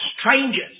strangers